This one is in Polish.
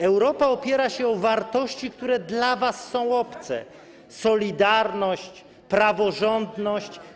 Europa opiera się na wartościach, które dla was są obce: solidarność, praworządność.